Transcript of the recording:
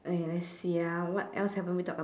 !aiya! let's see ah what else haven't we talk